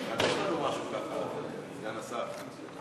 תחדש לנו משהו, סגן השר.